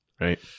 Right